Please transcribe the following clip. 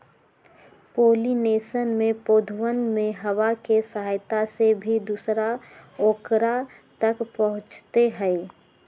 pollination में पौधवन में हवा के सहायता से भी दूसरा औकरा तक पहुंचते हई